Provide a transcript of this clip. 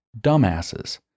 dumbasses